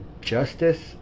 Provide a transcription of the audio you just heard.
Justice